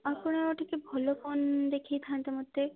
ଆପଣ ଟିକେ ଭଲ ଫୋନ୍ ଦେଖେଇଥାନ୍ତେ ମୋତେ